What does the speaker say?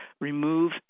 remove